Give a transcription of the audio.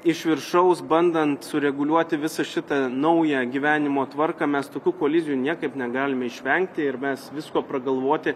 iš viršaus bandant sureguliuoti visą šitą naują gyvenimo tvarką mes tokių kolizijų niekaip negalime išvengti ir mes visko pragalvoti